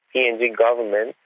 and and government,